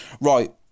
Right